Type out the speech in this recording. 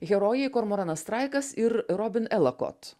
herojai kormoranas straikas ir robin elakot